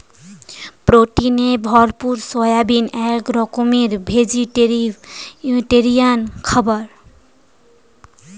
প্রোটিনে ভরপুর সয়াবিন এক রকমের ভেজিটেরিয়ান খাবার